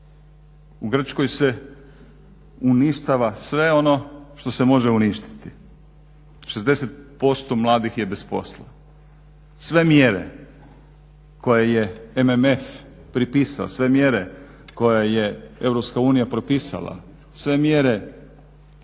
U Grčkoj se uništava sve ono što se može uništiti. 60% mladih je bez posla. Sve mjere koje je MMF propisao, sve mjere koje je Europska unija propisala, sve mjere